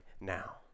now